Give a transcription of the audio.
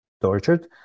tortured